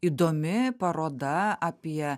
įdomi paroda apie